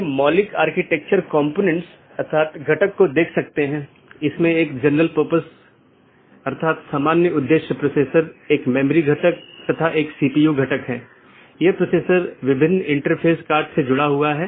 इसका मतलब है कि BGP का एक लक्ष्य पारगमन ट्रैफिक की मात्रा को कम करना है जिसका अर्थ है कि यह न तो AS उत्पन्न कर रहा है और न ही AS में समाप्त हो रहा है लेकिन यह इस AS के क्षेत्र से गुजर रहा है